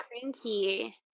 cranky